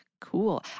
Cool